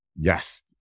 Yes